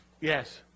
Yes